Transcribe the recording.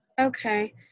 okay